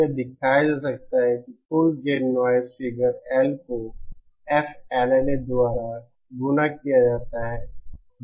यह दिखाया जा सकता है कि कुल गेन नॉइज़ फिगर L को F LNA द्वारा गुणा किया जाता है